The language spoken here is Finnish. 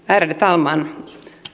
ärade talman